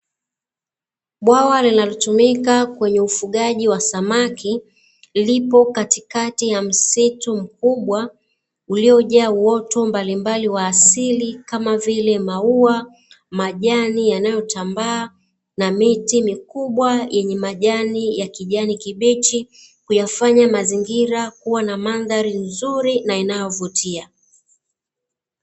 Bwawa linalotumika kwenye ufugaji wa samaki. Lipo katikati ya msitu mkubwa uliojaa uoto mbalimbali wa asili kama vile maua, majani yanayotambaa na miti mikubwa yenye majani ya kijani kibichi, kuyafanya mazingira kuwa na mandhari nzuri na inayovutia.